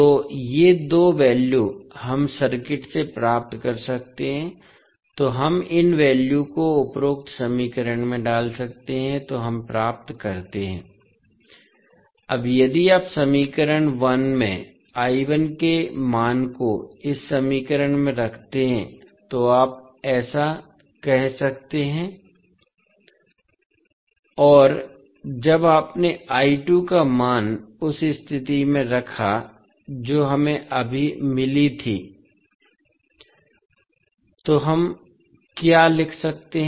तो ये दो वैल्यू हम सर्किट से प्राप्त कर सकते हैं तो हम इन वैल्यू को उपरोक्त समीकरण में डाल सकते हैं तो हम प्राप्त करते हैं अब यदि आप समीकरण 1 में के मान को इस समीकरण में रखते हैं तो आप ऐसा कह सकते हैं और जब आपने का मान उस स्थिति में रखा जो हमें अभी मिली थी तो हम क्या लिख सकते हैं